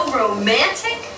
romantic